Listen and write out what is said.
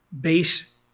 base